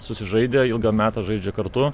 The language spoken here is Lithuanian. susižaidę ilgą metą žaidžia kartu